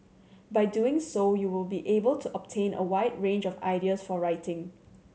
by doing so you will be able to obtain a wide range of ideas for writing